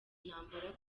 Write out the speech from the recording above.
intambara